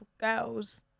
girls